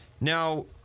Now